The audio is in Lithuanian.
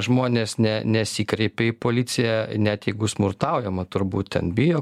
žmonės ne nesikreipia į policiją net jeigu smurtaujama turbūt ten bijo